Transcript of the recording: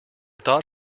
thought